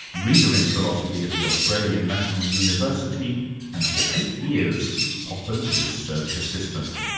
reader in philosophy at the australian national university and for eight years, popper's research assistant.